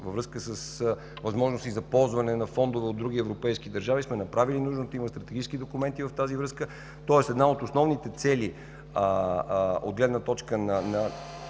Във връзка с възможности за ползване на фондове от други европейски държави сме направили нужното. Има стратегически документи в тази връзка. Една от основните цели от гледна точка на